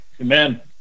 Amen